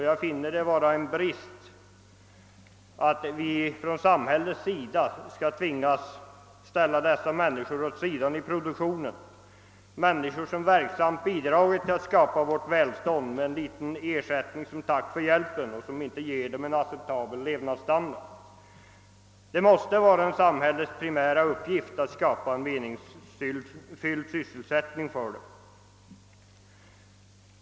Jag finner det vara en brist att samhället skall tvingas ställa dessa människor åt sidan i produktionen — människor som verksamt bidragit till att skapa vårt välstånd — med en liten ersättning, som inte ger dem en godtagbar levnadsstandard, såsom tack för hjälpen. Det måste vara en av samhällets primära uppgifter att skapa en meningsfylld sysselsättning för dem.